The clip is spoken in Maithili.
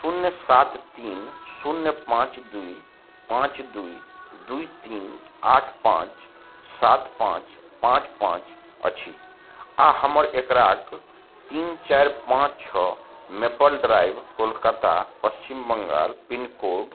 शून्य सात तीन शून्य पाँच द्वी पाँच द्वी द्वी तीन आठ पाँच सात पाँच पाँच पाँच अछि आओर हमर एकराक तीन चारि पाँच छओ maple drive Kolkata Paschim Bangal pin code